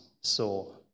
saw